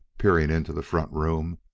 peering into the front room,